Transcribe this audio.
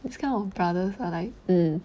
it's kind of brothers lah like mm